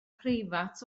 preifat